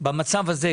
במצב הזה,